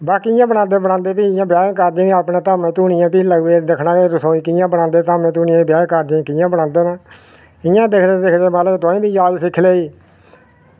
ते बाकी इ'यां बनांदे भी ब्याहें कारज़ें ते धामें धुनियें भी लग्गी पे ते आखना एह् दिक्खो कि'यां बनांदे धामें ई ते ब्याहें कारज़ें च कि'यां बनांदे न ते इ'यां दिखदे दिखदे तुआहीं बी जाच सिक्खी लेई